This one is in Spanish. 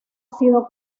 sido